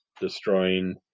destroying